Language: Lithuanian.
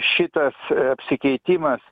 šitas apsikeitimas